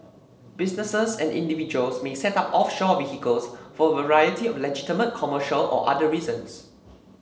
businesses and individuals may set up offshore vehicles for a variety of legitimate commercial or other reasons